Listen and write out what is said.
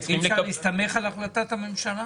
אי אפשר להסתמך על החלטת הממשלה?